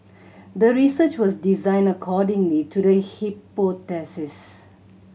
the research was designed accordingly to the hypothesis